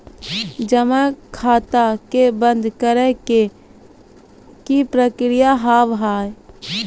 जमा खाता के बंद करे के की प्रक्रिया हाव हाय?